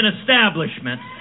establishment